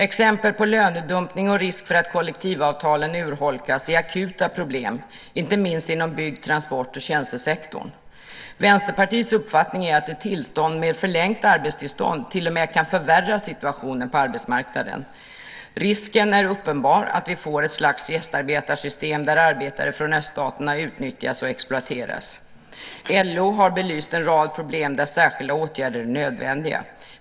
Exempel på lönedumpning och risk för att kollektivavtalen urholkas är akuta problem inte minst inom bygg-, transport och tjänstesektorn. Vänsterpartiets uppfattning är att ett tillstånd med förlängt arbetstillstånd till och med kan förvärra situationen på arbetsmarknaden. Risken är uppenbar att vi får ett slags gästarbetarsystem, där arbetare från öststaterna utnyttjas och exploateras. LO har belyst en rad problem där särskilda åtgärder är nödvändiga.